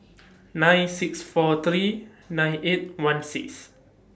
nine six four three nine eight one six